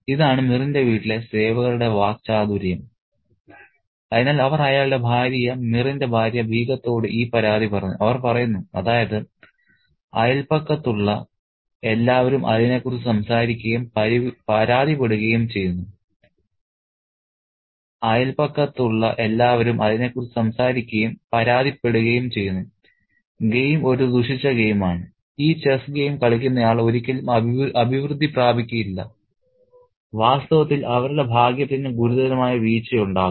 ഇതാണ് മിറിന്റെ വീട്ടിലെ സേവകരുടെ വാക്ചാതുര്യം അതിനാൽ അവർ അയാളുടെ ഭാര്യ മിറിന്റെ ഭാര്യ ബീഗത്തോട് ഈ പരാതി പറഞ്ഞു അവർ പറയുന്നു അതായത് അയൽപക്കത്തുള്ള എല്ലാവരും അതിനെക്കുറിച്ച് സംസാരിക്കുകയും പരാതിപ്പെടുകയും ചെയ്യുന്നു ഗെയിം ഒരു ദുഷിച്ച ഗെയിമാണ് ഈ ചെസ്സ് ഗെയിം കളിക്കുന്നയാൾ ഒരിക്കലും അഭിവൃദ്ധി പ്രാപിക്കില്ല വാസ്തവത്തിൽ അവരുടെ ഭാഗ്യത്തിന് ഗുരുതരമായ വീഴ്ച ഉണ്ടാകും